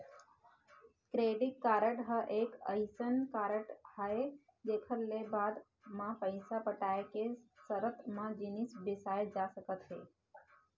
credit card ह एक अइसन कारड हरय जेखर ले बाद म पइसा पटाय के सरत म जिनिस बिसाए जा सकत हे